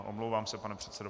Omlouvám se, pane předsedo.